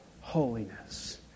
holiness